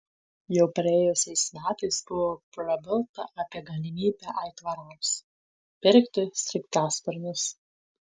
jau praėjusiais metais buvo prabilta apie galimybę aitvarams pirkti sraigtasparnius